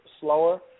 slower